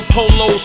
Polo